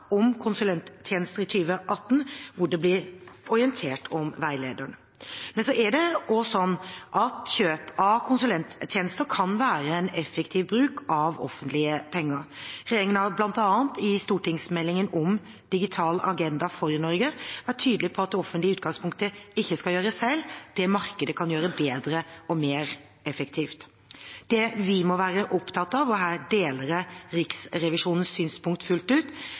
om konsulenttjenester, hvor det blir orientert om veilederen. Men kjøp av konsulenttjenester kan være en effektiv bruk av offentlige penger. Regjeringen har bl.a. i stortingsmeldingen Digital agenda for Norge vært tydelig på at det offentlige i utgangspunktet ikke skal gjøre selv det markedet kan gjøre bedre og mer effektivt. Det vi må være opptatt av – og her deler jeg Riksrevisjonens synspunkt fullt ut